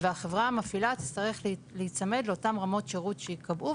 והחברה המפעילה תצטרך להיצמד לאותן רמות שירות שייקבעו.